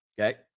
okay